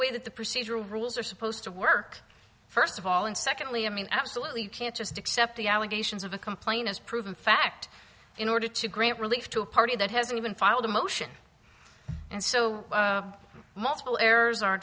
way that the procedural rules are supposed to work first of all and secondly i mean absolutely can't just accept the allegations of a complaint as proven fact in order to great relief to a party that hasn't even filed a motion and so multiple errors